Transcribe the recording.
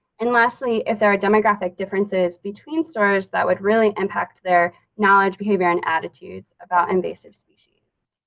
and lastly if there are demographic differences between stores that would really impact their knowledge behavior and attitudes about invasive species.